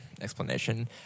explanation